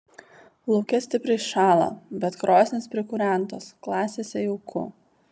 lauke stipriai šąla bet krosnys prikūrentos klasėse jauku